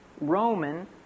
Roman